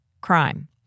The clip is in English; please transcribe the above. crime